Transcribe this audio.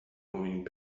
moving